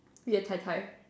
ya tai-tai